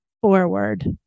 forward